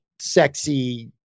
sexy